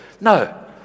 No